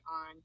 on